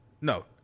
No